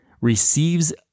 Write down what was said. receives